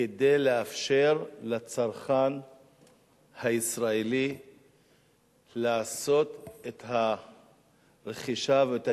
כדי לאפשר לצרכן הישראלי לעשות את הרכישה ואת